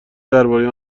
درباره